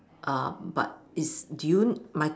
uh but it's do you my